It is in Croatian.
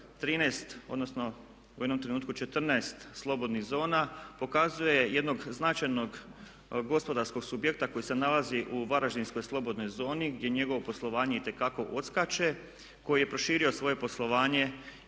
odnosno u jednom trenutku 14 slobodnih zona pokazuje jednog značajnog gospodarskog subjekta koji se nalazi u varaždinskoj slobodnoj zoni gdje njegovo poslovanje itekako odskače, koji je proširio svoje poslovanje